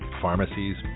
pharmacies